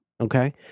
okay